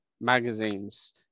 magazines